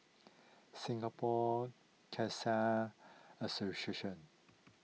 Singapore Khalsa Association